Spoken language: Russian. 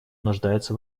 нуждается